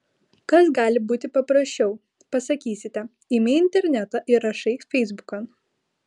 kas gali būti paprasčiau pasakysite imi internetą ir rašai feisbukan